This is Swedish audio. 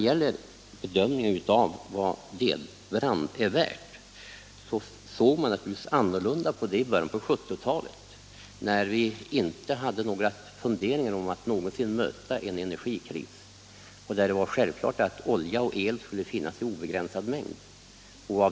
Synen på vad vedbrand är värd var naturligtvis en annan i början på 1970-talet, när vi inte hade några funderingar om att någonsin möta en energikris och då det var självklart att olja och el skulle finnas i obegränsad mängd.